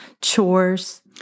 chores